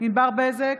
ענבר בזק,